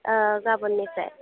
गाबोननिफ्राय